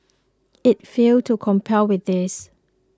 it failed to comply with this